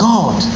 God